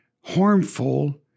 harmful